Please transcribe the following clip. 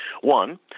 one